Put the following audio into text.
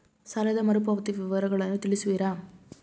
ಸಾಲದ ಮರುಪಾವತಿ ವಿವರಗಳನ್ನು ತಿಳಿಸುವಿರಾ?